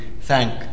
thank